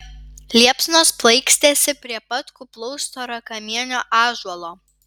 liepsnos plaikstėsi prie pat kuplaus storakamienio ąžuolo